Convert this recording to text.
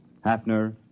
Hafner